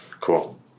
Cool